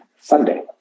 Sunday